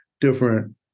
different